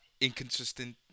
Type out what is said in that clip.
inconsistent